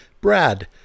Brad